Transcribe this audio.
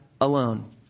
alone